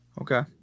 Okay